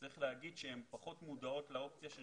צריך לומר שהן פחות מודעות לאופציה של